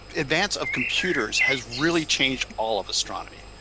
advance of computers has really changed all of astronomy.